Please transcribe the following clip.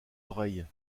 oreilles